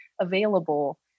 available